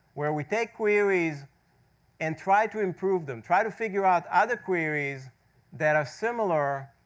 where we take queries and try to improve them, try to figure out other queries that are similar,